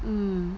mm